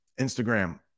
Instagram